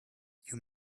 you